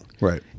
right